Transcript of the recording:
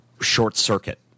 short-circuit